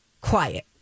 quiet